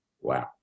Wow